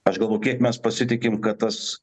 aš galvoju kiek mes pasitikim kad tas